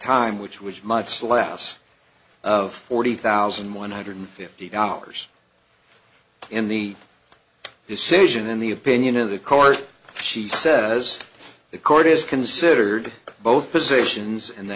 time which was much the last of forty thousand one hundred fifty dollars in the decision in the opinion of the court she says the court is considered both positions and the